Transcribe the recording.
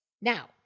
Now